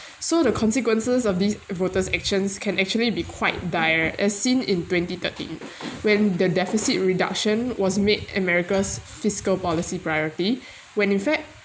so the consequences of these voters' actions can actually be quite dire as seen in twenty thirteen when the deficit reduction was made america's fiscal policy priority when in fact